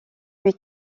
lui